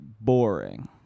Boring